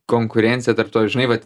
konkurencija tarp to žinai vat